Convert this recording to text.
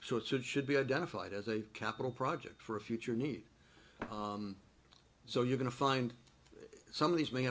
so it's it should be identified as a capital project for a future need so you're going to find some of these may